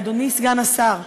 אדוני סגן השר.